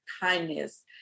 kindness